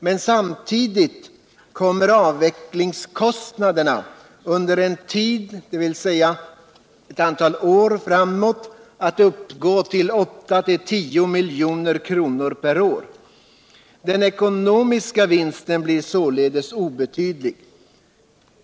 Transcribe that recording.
men samtidigt kommer avvecklingskostnaderna under ett antal år framåt att uppgå till 8-10 milj.kr. per år. Den ekonomiska vinsten blir således obetydlig.